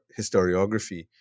historiography